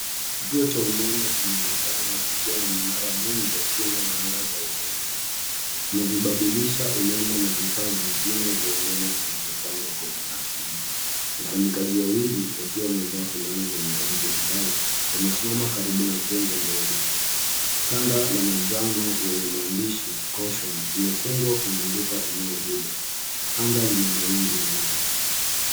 Kituo cha umeme kinaonekana kikiwa na minara mingi ya chuma na nyaya za umeme. Kuna vibadilisha umeme na vifaa vingine vya umeme vinavyopangwa kwa utaratibu. Wafanyikazi wawili wakiwa wamevaa fulana zenye rangi angavu wamesimama karibu na jengo ndogo. Kanda la manjano yenye maandishi Caution imefungwa kuzunguka eneo hilo. Anga lina mawingu meupe.